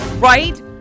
Right